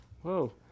Whoa